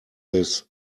this